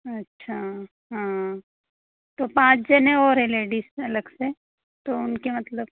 अच्छा हाँ तो पाँच जने और हैं लेडीज़ अलग से तो उनके मतलब